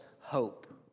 hope